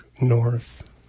North